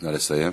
נא לסיים.